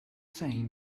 saying